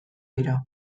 dira